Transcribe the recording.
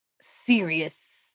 serious